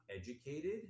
educated